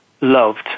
loved